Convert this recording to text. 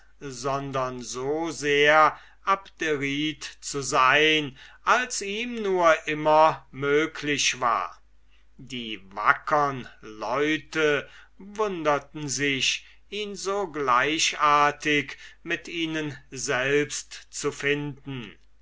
sondern so sehr abderit zu sein als ihm nur immer möglich war die guten leute wunderten sich ihn so gleichartig mit ihnen selbst zu finden